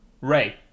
Ray